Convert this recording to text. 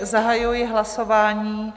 Zahajuji hlasování.